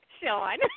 Sean